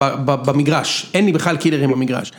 במגרש. אין לי בכלל קילרים במגרש.